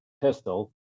pistol